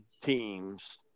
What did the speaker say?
teams